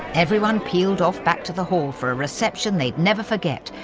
everyone pealed off back to the hall for a reception they'd never forget,